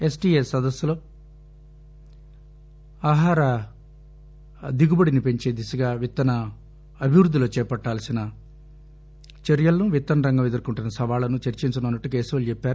ISTA సదస్సులో ఆహార దిగుబడిని పెంచే దిశగా విత్తన అభివృద్దిలో చేపట్టాల్సిన చర్యలను విత్తన రంగం ఎదుర్కొంటున్న సవాళ్ళను చర్చించనున్నట్లు కేశవులు చెప్పారు